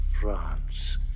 France